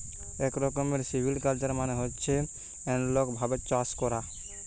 এক রকমের সিভিকালচার মানে হচ্ছে এনালগ ভাবে চাষ করা